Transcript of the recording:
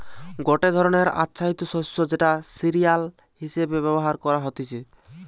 গটে ধরণের আচ্ছাদিত শস্য যেটা সিরিয়াল হিসেবে ব্যবহার করা হতিছে